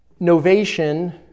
Novation